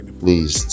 please